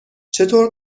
چطور